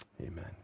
Amen